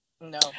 No